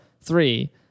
three